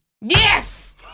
Yes